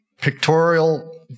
pictorial